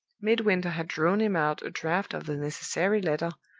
midwinter had drawn him out a draft of the necessary letter,